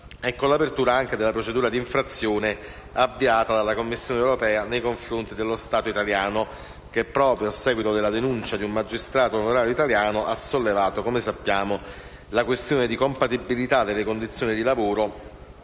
con l'apertura della procedura di infrazione avviata dalla Commissione europea nei confronti dello Stato italiano che, proprio a seguito di denuncia di un magistrato onorario italiano, ha sollevato - come sappiamo - la questione di compatibilità delle condizioni di lavoro